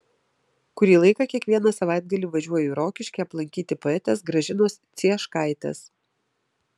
kurį laiką kiekvieną savaitgalį važiuoju į rokiškį aplankyti poetės gražinos cieškaitės